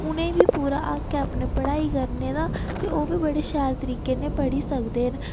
उ'नेंगी बी पूरा हक्क ऐ अपनी पढ़ाई करने दा ते ओह्बी बड़े शैल तरीकै कन्नै पढ़ी सकदे न